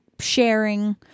sharing